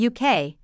UK